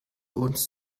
uns